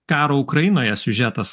karo ukrainoje siužetas